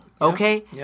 Okay